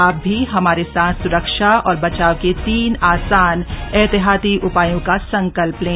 आप भी हमारे साथ सुरक्षा और बचाव के तीन आसान एहतियाती उपायों का संकल्प लें